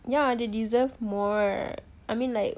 yeah they deserve more I mean like